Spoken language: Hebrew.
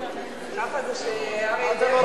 זה שר בממשלה, שיוריד את המעיל.